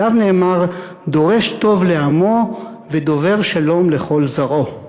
עליו נאמר: "דורש טוב לעמו ודובר שלום לכל זרעו";